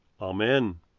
Amen